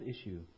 issue